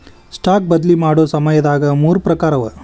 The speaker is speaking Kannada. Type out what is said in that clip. ಸ್ಟಾಕ್ ಬದ್ಲಿ ಮಾಡೊ ಸಮಯದಾಗ ಮೂರ್ ಪ್ರಕಾರವ